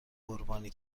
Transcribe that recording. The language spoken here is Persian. قربانی